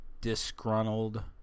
disgruntled